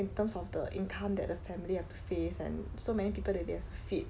in terms of the income that the family have to face and so many people that they have to feed